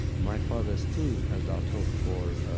my father still held out hope for